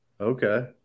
Okay